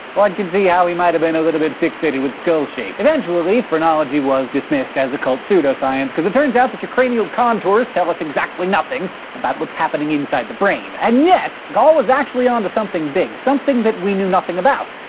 one can see how he might have been a little bit fixated with skull shape. eventually, phrenology was dismissed as a cult pseudoscience because it turns out your cranial contours tell us exactly nothing about what's happening inside the brain. and yet! gall was actually on to something big, something that we knew nothing about.